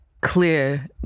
clear